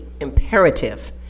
imperative